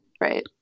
Right